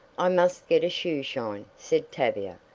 i must get a shoe shine, said tavia,